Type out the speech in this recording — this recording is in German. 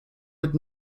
mit